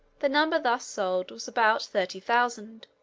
the number thus sold was about thirty thousand,